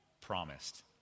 promised